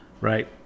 right